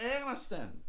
Aniston